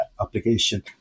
application